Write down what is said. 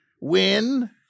Win